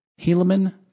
Helaman